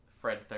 Fred